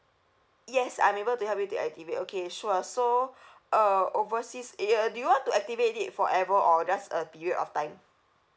yes I'm able to help you to activate okay sure so uh overseas y~ uh do you want to activate it forever or just a period of time